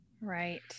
Right